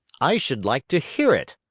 i should like to hear it,